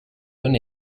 bon